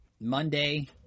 Monday